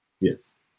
Yes